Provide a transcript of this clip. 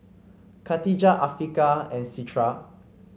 Katijah Afiqah and Citra